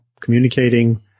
communicating